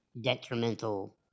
detrimental